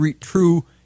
true